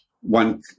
one